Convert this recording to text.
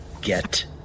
Get